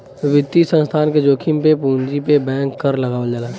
वित्तीय संस्थान के जोखिम पे पूंजी पे बैंक कर लगावल जाला